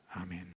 Amen